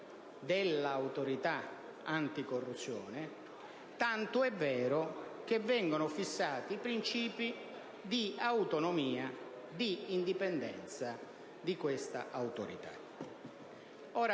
dell'Autorità anticorruzione, tant'è vero che vengono fissati i principi di autonomia e di indipendenza di questa autorità.